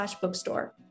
bookstore